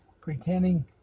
pretending